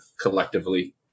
collectively